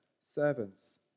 servants